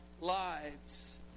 lives